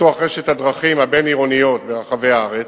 לפיתוח רשת הדרכים הבין-עירוניות ברחבי הארץ,